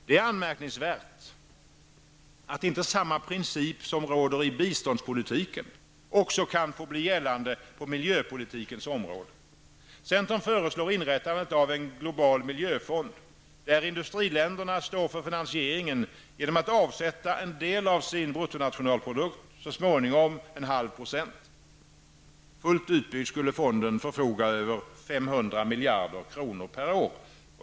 Det är anmärkningsvärt att inte samma princip som råder i biståndspolitiken också kan få bli gällande på miljöpolitikens område. Centern föreslår inrättandet av en global miljöfond, där industriländerna står för finansieringen, genom att avsätta en del av sin BNP, så småningom 0,5 %. miljarder kronor per år.